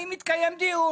האם התקיים דיון?